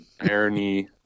irony